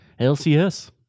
LCS